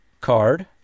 card